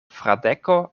fradeko